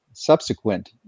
subsequent